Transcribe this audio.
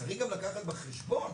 צריך גם לקחת בחשבון